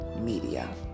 Media